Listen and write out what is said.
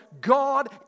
God